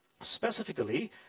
Specifically